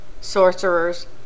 sorcerers